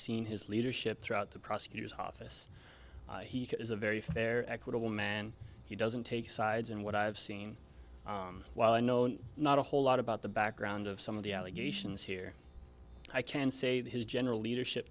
seen his leadership throughout the prosecutor's office he is a very fair equitable man he doesn't take sides and what i've seen while i know not a whole lot about the background of some of the allegations here i can say that his general leadership